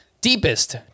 deepest